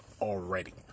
already